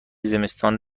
زمستان